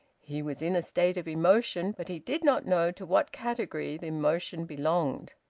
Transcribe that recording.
he was in a state of emotion, but he did not know to what category the emotion belonged.